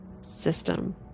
system